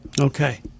Okay